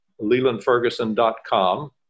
lelandferguson.com